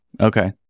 okay